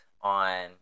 on